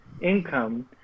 income